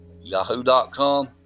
yahoo.com